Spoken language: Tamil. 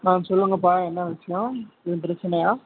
ஆ சொல்லுங்கப்பா என்ன விஷயம் எதுவும் பிரச்சினையா